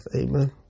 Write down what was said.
Amen